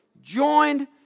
Joined